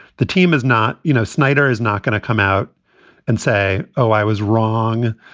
the team is not you know, snyder is not going to come out and say, oh, i was wrong.